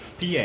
PA